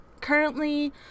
currently